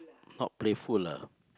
not playful lah